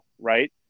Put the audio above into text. right